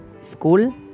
School